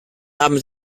haben